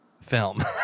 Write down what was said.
film